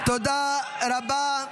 תודה רבה.